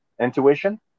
Intuition